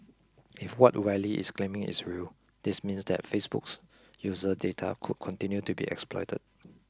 if what Wylie is claiming is real this means that Facebook's user data could continue to be exploited